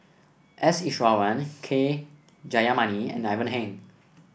S Iswaran K Jayamani and Ivan Heng